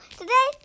today